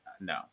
No